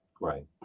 Right